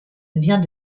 vient